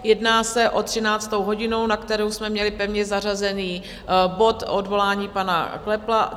Jedná se o 13. hodinu, na kterou jsme měli pevně zařazený bod odvolání pana Köppla.